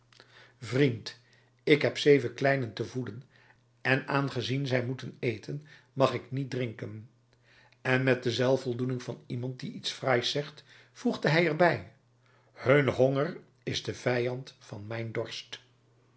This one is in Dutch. vriend ik heb zeven kleinen te voeden en aangezien zij moeten eten mag ik niet drinken en met de zelfvoldoening van iemand die iets fraais zegt voegde hij er bij hun honger is de vijand van mijn dorst